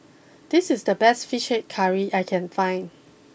this is the best Fish Head Curry that I can find